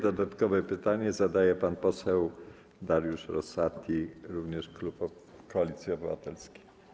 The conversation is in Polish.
Dodatkowe pytanie zadaje pan poseł Dariusz Rosati, również klub Koalicji Obywatelskiej.